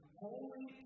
holy